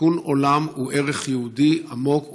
תיקון עולם הוא ערך יהודי עמוק ובסיסי.